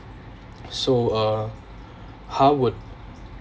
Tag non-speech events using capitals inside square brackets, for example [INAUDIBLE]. so uh [BREATH] how would